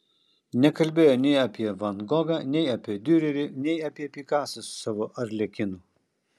nekalbėjo nei apie van gogą nei apie diurerį nei apie pikasą su savo arlekinu